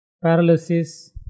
paralysis